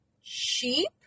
Sheep